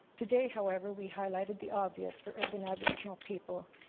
today, however, we highlighted the obvious for urban aboriginal people.